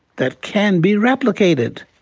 that can be replicated.